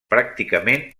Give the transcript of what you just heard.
pràcticament